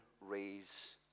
raise